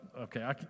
okay